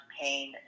pain